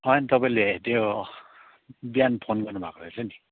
होइन तपाईँले त्यो बिहान फोन गर्नुभएको रहेछ नि